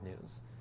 news